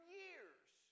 years